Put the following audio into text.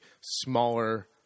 smaller